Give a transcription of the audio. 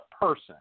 person